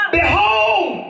behold